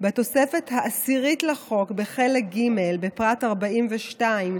בתוספת העשירית לחוק, בחלק ג', בפרט (42)